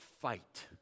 fight